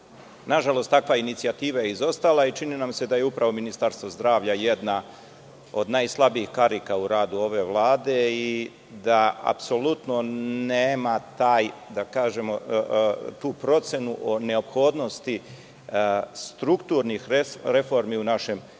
Nažalost, takva inicijativa je izostala i čini nam se da je upravo Ministarstvo zdravlja jedna od najslabijih karika u radu ove Vlade i da apsolutno nema tu procenu neophodnosti strukturnih reformi u našem